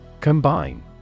Combine